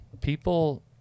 People